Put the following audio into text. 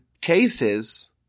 cases –